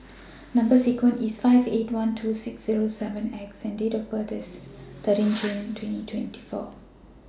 Number sequence IS S five eight one two six Zero seven X and Date of birth IS thirteen June twenty twenty four